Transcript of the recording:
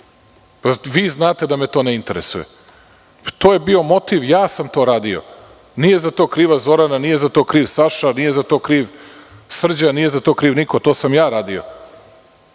Vi znate da me to ne interesuje. To je bio motiv, ja sam to radio. Nije za to kriva Zorana, nije za to kriv Saša, nije za to kriv Srđan, nije za to kriv niko, to sam ja radio.